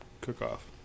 Cook-Off